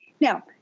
Now